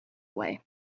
away